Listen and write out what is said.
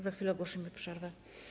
Za chwilę ogłosimy przerwę.